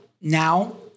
now